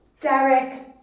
Derek